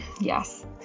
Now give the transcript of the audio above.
Yes